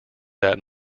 that